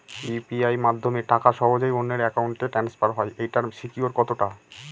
UPI মাধ্যমে টাকা সহজেই অন্যের অ্যাকাউন্ট ই ট্রান্সফার হয় এইটার সিকিউর কত টা?